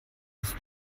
ist